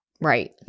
Right